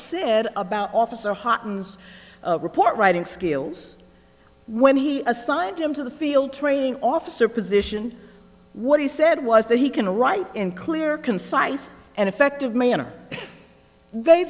said about officer hottentots report writing skills when he assigned him to the field training officer position what he said was that he can write in clear concise and effective manner they